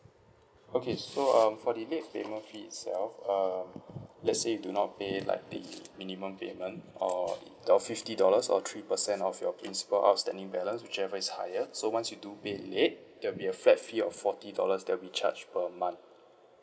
okay so uh for the late payment fee itself um let's say you do not pay like the minimum payment or the fifty dollars or three percent of your principal outstanding balance whichever is higher so once you do pay late there will be a flat fee of forty dollars that'll be charged per month